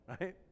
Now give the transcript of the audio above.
right